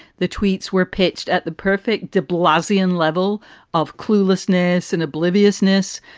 the tweets were pitched at the perfect de blasio and level of cluelessness and obliviousness.